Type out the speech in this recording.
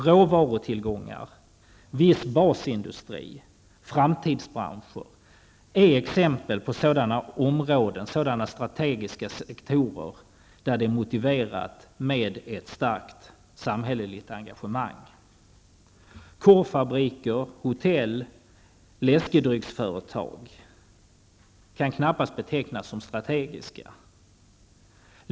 Råvarutillgångar, viss basindustri, framtidsbranscher är exempel på sådana områden, sådana strategiska sektorer, där det är motiverat med ett starkt samhälleligt engagemang. Korvfabriker, hotell eller läskedrycksföretag kan knappast betecknas som strategiska.